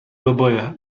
oboje